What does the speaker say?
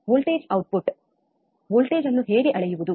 voltage output voltage ಅನ್ನು ಹೇಗೆ ಅಳೆಯುವುದು